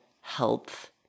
health